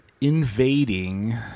invading